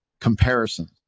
comparison